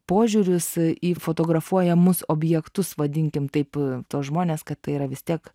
požiūrius į fotografuojamus objektus vadinkim taip tuos žmones kad tai yra vis tiek